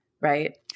right